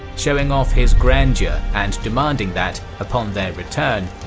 showing off his grandeur and demanding that, upon their return,